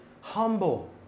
humble